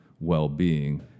well-being